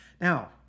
Now